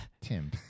Tim